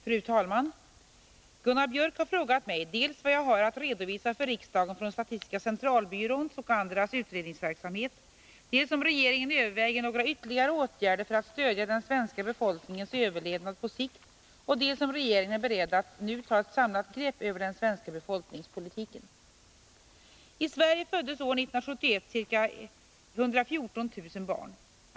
Fru talman! Gunnar Biörck i Värmdö har frågat mig dels vad jag har att redovisa för riksdagen från statistiska centralbyråns — och andras — 5 Riksdagens protokoll 1981/82:68-69 utredningsverksamhet, dels om regeringen överväger några ytterligare åtgärder för att stödja den svenska befolkningens överlevnad på sikt och dels om regeringen är beredd att nu ta ett samlat grepp över den svenska befolkningspolitiken. I Sverige föddes år 1971 ca 114 000 barn.